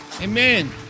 Amen